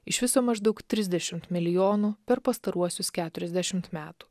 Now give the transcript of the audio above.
iš viso maždaug trisdešimt milijonų per pastaruosius keturiasdešimt metų